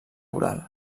coral